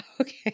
Okay